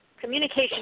communication